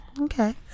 Okay